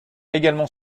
également